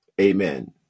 amen